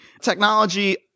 technology